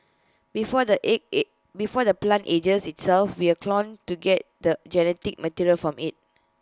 before the before the plant ages itself we clone to get the genetic material from IT